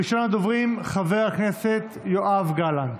ראשון הדוברים, חבר הכנסת יואב גלנט,